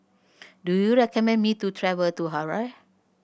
do you recommend me to travel to Harare